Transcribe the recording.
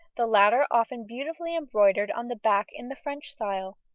the latter often beautifully embroidered on the back in the french style.